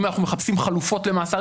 אם אנחנו מחפשים חלופות למעצר,